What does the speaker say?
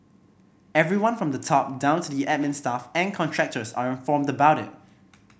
everyone from the top down to the admin staff and contractors are informed about it